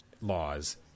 laws